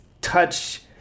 touch